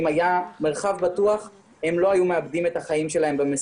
הילדים האלה לא היו מאבדים את החיים שלהם.